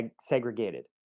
segregated